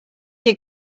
your